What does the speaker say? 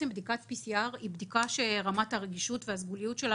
בדיקת PCR היא בדיקה שרמת הרגישות והסגוליות שלה